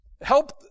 Help